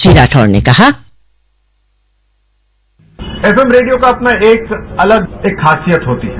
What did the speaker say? श्री राठौर ने कहा FM radio का अपना एक अलग एक खासियत होती है